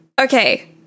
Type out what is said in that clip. Okay